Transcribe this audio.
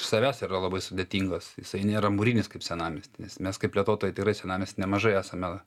iš savęs yra labai sudėtingas jisai nėra mūrinis kaip senamiesty mes kaip plėtotojai senamiesty nemažai esame